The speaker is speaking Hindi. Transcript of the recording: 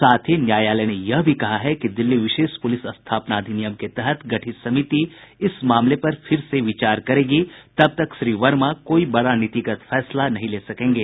साथ ही न्यायालय ने यह भी कहा है कि दिल्ली विशेष पुलिस स्थापना अधिनियम के तहत गठित समिति इस मामले पर फिर से विचार करेगी तब तक श्री वर्मा कोई बड़ा नीतिगत फैसला नहीं ले सकेंगे